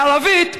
בערבית,